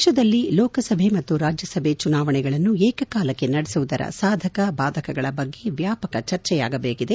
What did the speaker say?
ದೇಶದಲ್ಲಿ ಲೋಕಸಭೆ ಮತ್ತು ರಾಜ್ಯಸಭೆ ಚುನಾವಣೆಗಳನ್ನು ಏಕಕಾಲಕ್ಕೆ ನಡೆಸುವುದರ ಸಾಧಕ ಬಾಧಕಗಳ ಬಗ್ಗೆ ವ್ಯಾಪಕ ಚರ್ಚೆಯಾಗಬೇಕಿದೆ